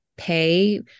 pay